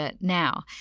now